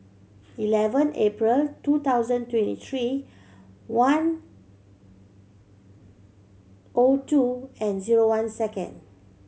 eleven April two thousand twenty three one O two and zero one second